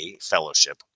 fellowship